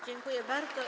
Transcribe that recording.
Dziękuję bardzo.